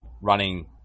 running